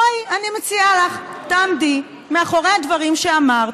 בואי, אני מציעה לך, תעמדי מאחורי הדברים שאמרת.